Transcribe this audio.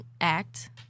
act